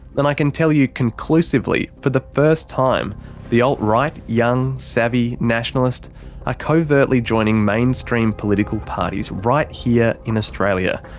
and i can tell you, conclusively, for the first time the alt right, young, savvy, nationalist are covertly joining mainstream political parties right here in australia,